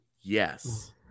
Yes